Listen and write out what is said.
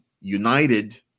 united